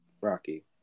Rocky